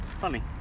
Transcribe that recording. funny